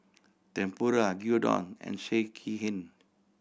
Tempura Gyudon and Sekihan